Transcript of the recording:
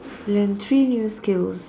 learn three new skills